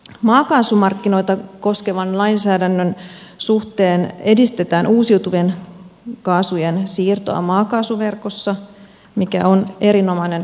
maakaasumarkkinoita koskevan lainsäädännön suhteen edistetään uusiutuvien kaasujen siirtoa maakaasuverkossa mikä on erinomainen asia